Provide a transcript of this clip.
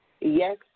Yes